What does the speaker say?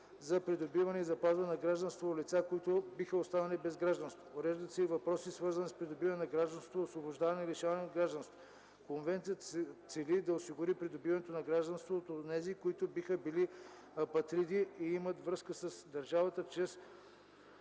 за придобиване и запазване на гражданство от лица, които биха останали без гражданство. Уреждат се и въпроси, свързани с придобиване на гражданство, освобождаване или лишаване от гражданство. Конвенцията цели да осигури придобиването на гражданство от онези, които биха били апатриди и имат връзка с държавата чрез